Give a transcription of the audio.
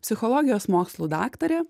psichologijos mokslų daktarė